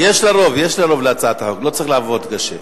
יש לה רוב, יש לה רוב, לא צריך לעבוד קשה.